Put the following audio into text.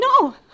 No